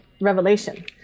revelation